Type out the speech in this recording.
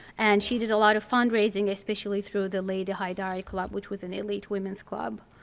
and she did a lot of fundraising, especially through the lady hyderabad club which was an elite women's club.